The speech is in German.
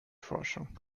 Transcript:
forschung